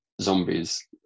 zombies